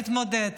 נתמודד.